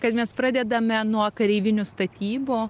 kad mes pradedame nuo kareivinių statybų